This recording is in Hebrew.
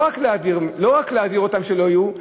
לא רק להדיר אותם שלא יהיו,